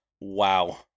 Wow